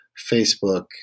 Facebook